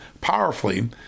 powerfully